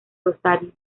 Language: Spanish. rosario